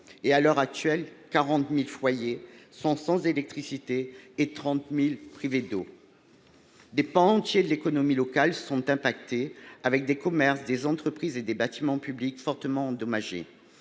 À l’heure actuelle, 40 000 foyers sont sans électricité, et 30 000 sont privés d’eau. Des pans entiers de l’économie locale sont touchés ; des commerces, des entreprises et des bâtiments publics sont fortement endommagés.